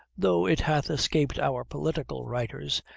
though it hath escaped our political writers,